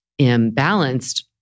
imbalanced